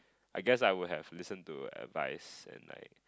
I guess I would have listen to advice and like